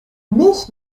mis